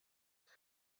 کجا